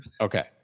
Okay